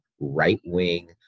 right-wing